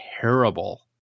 terrible